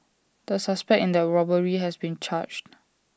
the suspect in that robbery has been charged